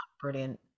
brilliant